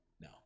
No